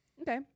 Okay